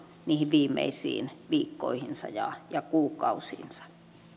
niihin viimeisiin viikkoihinsa ja ja kuukausiinsa